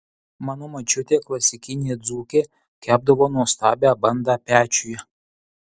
mano močiutė klasikinė dzūkė kepdavo nuostabią bandą pečiuje